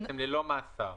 ללא מאסר.